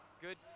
Good